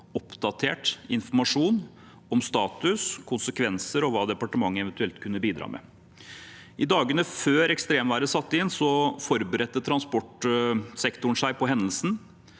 oppdatert informasjon om status, konsekvenser og hva departementet eventuelt kunne bidra med. I dagene før ekstremværet satte inn, forberedte transportsektoren seg på hendelsen.